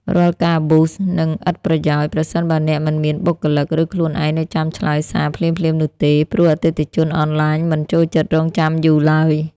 រាល់ការ Boost នឹងឥតប្រយោជន៍ ប្រសិនបើអ្នកមិនមានបុគ្គលិក ឬខ្លួនឯងនៅចាំឆ្លើយសារភ្លាមៗនោះទេ ព្រោះអតិថិជនអនឡាញមិនចូលចិត្តរង់ចាំយូរឡើយ។